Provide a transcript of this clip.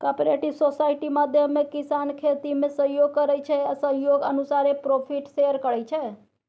cooperative society माध्यमे किसान खेतीमे सहयोग करै छै आ सहयोग अनुसारे प्रोफिट शेयर करै छै